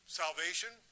salvation